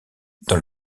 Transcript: dans